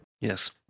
Yes